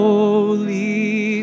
Holy